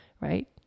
right